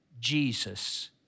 Jesus